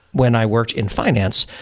when i worked in finance,